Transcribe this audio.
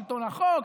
שלטון החוק.